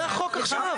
זה החוק עכשיו,